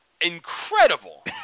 incredible